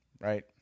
Right